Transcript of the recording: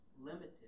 limited